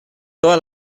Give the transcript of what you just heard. toda